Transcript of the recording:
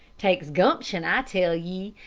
takes gumption, i tell ye.